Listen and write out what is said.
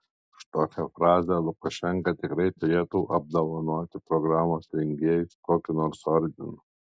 už tokią frazę lukašenka tikrai turėtų apdovanoti programos rengėjus kokiu nors ordinu